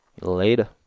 later